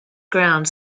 ground